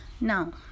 Now